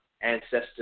ancestors